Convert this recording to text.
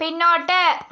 പിന്നോട്ട്